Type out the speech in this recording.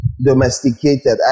domesticated